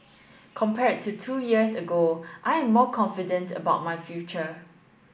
compared to two years ago I am more confident about my future